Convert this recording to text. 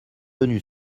venus